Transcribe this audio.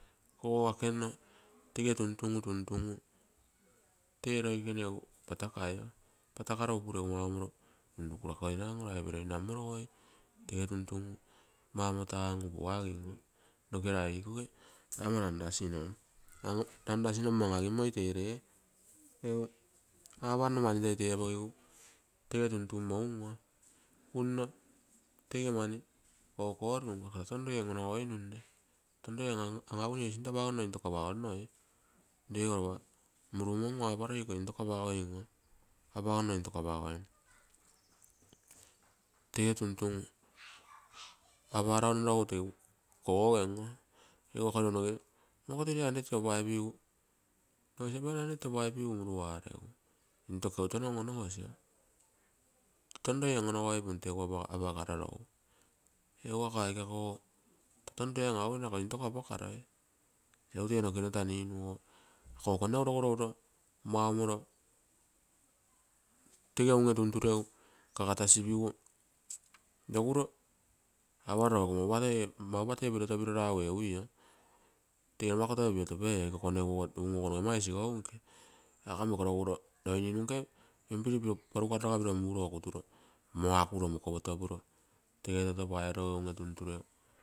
Tege tuntungu, tuntungu tee roikene egu pata kai, patakaro egu upuro runrukukoinan oo rai peroinam moie. Tege tuntungu maumoro tangu puagim. Noke rai ikoge ama ranrasinom ransinommo an agimmoi tee ree. Apanno mani teberogu unno tege mani kokorun, ton roie on-onogoinumoi ton roie an aguine ee sinto apagonno into apogonnoi, rego ropa mungu aparoi ee intoko apagonno. Tege tuntugu aparonnorogu kogogem. Egu ako irou noge iko three hundred opampigu muruaro. Ton roie on onogoipum tegu apakarorogu egu ako, aike, akogo ion roie an agui ako sinto apakaroi. Egu tee nokekere go taa ninu ako konegu roguro uro maumoro tege unge tunturegu kagatasigu oguroi aparo roo eiko mauroba toi pero perotopiro ragu uio. Tege numaku toi piotopero, aga eiko koneguogo mau noge ama isigou nke, aga mmo ako roguroromu paigomma pinpiri ruguro makuro mokopotopuro.